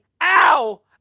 ow